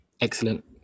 Excellent